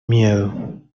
miedo